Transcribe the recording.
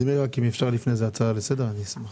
אם אפשר הצעה לסדר, אני אשמח.